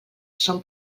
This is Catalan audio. són